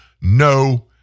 no